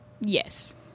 Yes